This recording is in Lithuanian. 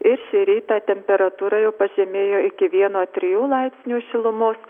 ir šį rytą temperatūra jau pažemėjo iki vieno trijų laipsnių šilumos